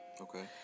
Okay